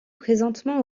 présentement